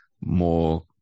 more